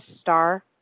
star